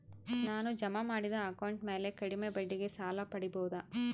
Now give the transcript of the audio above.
ನಾನು ಜಮಾ ಮಾಡಿದ ಅಕೌಂಟ್ ಮ್ಯಾಲೆ ಕಡಿಮೆ ಬಡ್ಡಿಗೆ ಸಾಲ ಪಡೇಬೋದಾ?